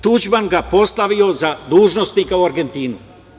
Tuđman ga postavio za dužnost kao Argentinu.